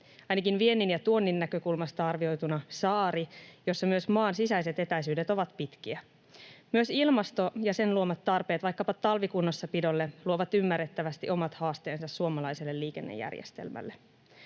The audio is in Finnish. ainakin viennin ja tuonnin näkökulmasta arvioituna — jossa myös maan sisäiset etäisyydet ovat pitkiä. Myös ilmasto ja sen luomat tarpeet vaikkapa talvikunnossapidolle luovat ymmärrettävästi omat haasteensa suomalaiselle liikennejärjestelmälle.